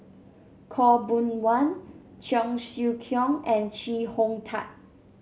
Khaw Boon Wan Cheong Siew Keong and Chee Hong Tat